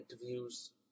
interviews